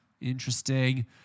Interesting